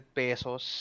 pesos